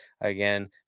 again